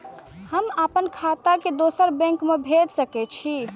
हम आपन खाता के दोसर बैंक में भेज सके छी?